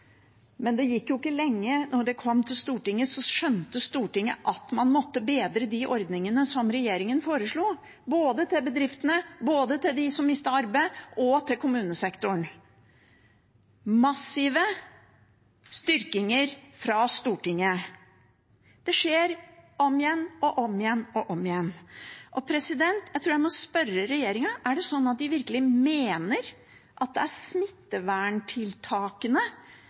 men det gikk ikke lenge fra det kom til Stortinget, til Stortinget skjønte at man måtte bedre de ordningene regjeringen foreslo, både til bedriftene, til dem som mistet arbeid, og til kommunesektoren – massive styrkinger fra Stortinget. Det skjer om igjen og om igjen og om igjen. Jeg tror jeg må spørre regjeringen: Er det sånn at de virkelig mener at det er smitteverntiltakene